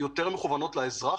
שמגיעות לאזרח